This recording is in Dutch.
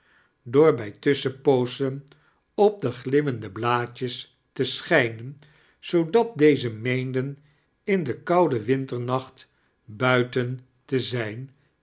door bij tusischenpoozen op de glimmende blaadjes te schijnen zoodat dez'e meenden in den kouden winternacht buiten te zijin